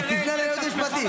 אז תפני ליועץ המשפטי.